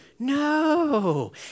No